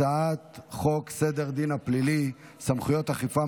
הצעת חוק סדר הדין הפלילי (סמכויות אכיפה,